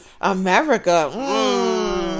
America